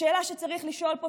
השאלה שצריך לשאול פה,